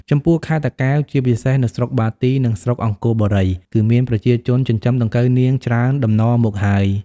ចំពោះខេត្តតាកែវ ជាពិសេសនៅស្រុកបាទី និងស្រុកអង្គរបុរី គឺមានប្រជាជនចិញ្ចឹមដង្កូវនាងច្រើនតំណមកហើយ។